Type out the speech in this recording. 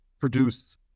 produce